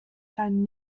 seinen